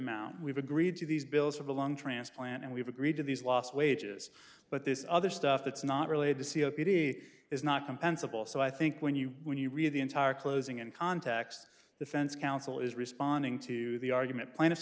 amount we've agreed to these bills of a lung transplant and we've agreed to these lost wages but this other stuff that's not related to c o p d is not compensable so i think when you when you read the entire closing in context the fence counsel is responding to the argument pla